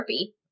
Sharpie